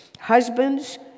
Husbands